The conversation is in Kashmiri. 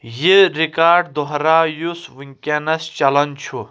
یہِ رِکارڈ دۄہراو یُس ونکیٚنس چلان چھُ